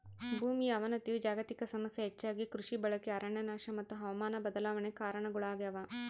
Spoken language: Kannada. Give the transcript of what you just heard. ಭೂಮಿಯ ಅವನತಿಯು ಜಾಗತಿಕ ಸಮಸ್ಯೆ ಹೆಚ್ಚಾಗಿ ಕೃಷಿ ಬಳಕೆ ಅರಣ್ಯನಾಶ ಮತ್ತು ಹವಾಮಾನ ಬದಲಾವಣೆ ಕಾರಣಗುಳಾಗ್ಯವ